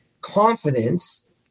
Confidence